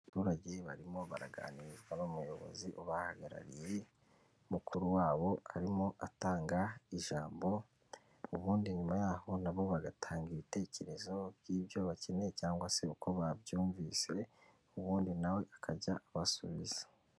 Abaturage barimo baraganirwa n'umuyobozi ubahagarariye mukuru wabo arimo atanga ijambo, ubundi nyuma yaho nabo bagatanga ibitekerezo by'ibyo bakeneye cyangwa se uko babyumvise ubundi nawe akajya abasubiza.